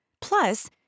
Plus